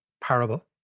parable